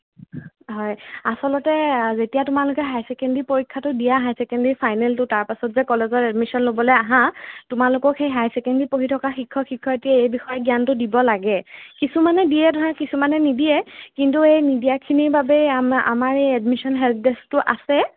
হয় আচলতে যেতিয়া তোমালোকে হাই চেকেণ্ডেৰী পৰীক্ষাটো দিয়া হাই চেকেণ্ডেৰী ফাইনেলটো তাৰ পাছত যে কলেজত এডমিশ্যন ল'বলৈ আহা তোমালোকক সেই হাই চেকেণ্ডেৰী পঢ়ি থকা শিক্ষক শিক্ষয়িত্ৰীয়ে এই বিষয়ে জ্ঞানটো দিব লাগে কিছুমানে দিয়ে ধৰা কিছুমানে নিদিয়ে কিন্তু এই নিদিয়াখিনিৰ বাবে আমাৰ আমাৰ এই এডমিশ্যন হেল্প ডেস্কটো আছে